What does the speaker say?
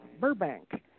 Burbank